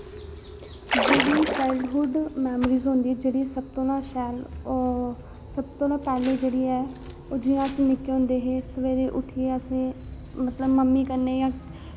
जेह्ड़ी childhood memories होंदी जेह्ड़ी सबतों ना शैल ओह् सबतों ना पैह्लें जेह्ड़ी है ओह् जि'यां अस निक्के होंदे हे सवेरै उट्ठियै असें मतलब मम्मी कन्नै जां